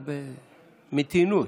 רק במתינות.